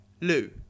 Lou